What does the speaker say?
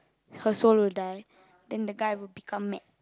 her soul will die then the guy will become mad